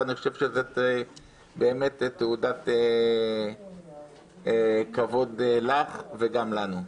ואני חושב שזאת באמת תעודת כבוד לך וגם לנו.